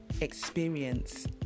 experience